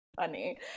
funny